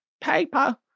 paper